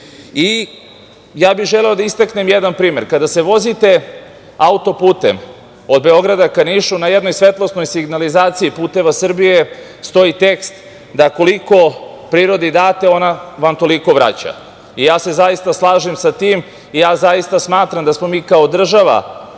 bih da istaknem jedan primer, kada se vozite auto-putem od Beograda ka Nišu na jednoj svetlosnoj signalizaciji puteva Srbije stoji tekst, da koliko prirodi date ona vam toliko vraća. Zaista se slažem sa tim i zaista smatram da smo mi kao država